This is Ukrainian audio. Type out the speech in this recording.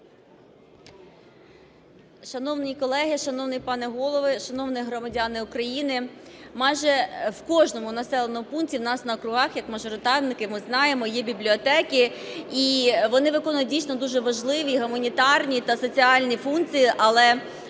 Шановні колеги, шановний пане голово, шановні громадяни України! Майже в кожному населеному пункті у нас на округах, як мажоритарники ми знаємо, є бібліотеки і вони виконують, дійсно, дуже важливі гуманітарні та соціальні функції. Але